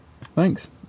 Thanks